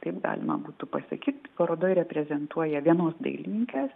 taip galima būtų pasakyt parodoj reprezentuoja vienos dailininkės